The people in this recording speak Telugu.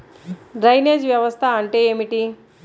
డ్రైనేజ్ వ్యవస్థ అంటే ఏమిటి?